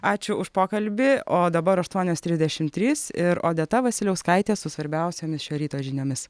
ačiū už pokalbį o dabar aštuonios trisdešimt trys ir odeta vasiliauskaitė su svarbiausiomis šio ryto žiniomis